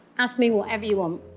ask me whatever you um